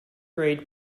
grade